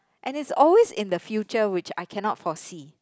and it's always in the future which I cannot foresee